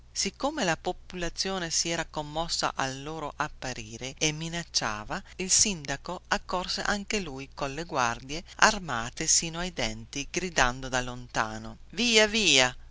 siccome la popolazione si era commossa al loro apparire e minacciava il capo urbano accorse anche qui colle guardie armate sino ai denti gridando da lontano via via